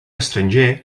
estranger